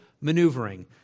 maneuvering